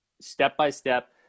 step-by-step